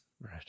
Right